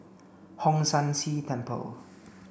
Hong San See Temple